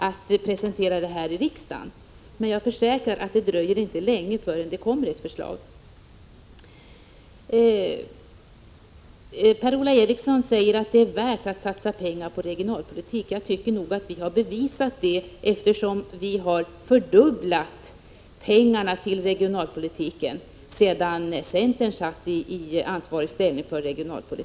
Jag försäkrar emellertid att det inte dröjer länge förrän det kommer ett förslag. Per-Ola Eriksson säger att det är värt att satsa pengar på regionalpolitiken. Jag tycker nog att vi har bevisat det, eftersom vi har fördubblat medlen till regionalpolitiken sedan centern hade ansvaret för den.